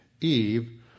Eve